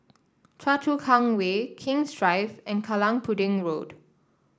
Choa Chu Kang Way King's Drive and Kallang Pudding Road